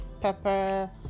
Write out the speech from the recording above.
Pepper